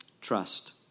trust